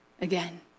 again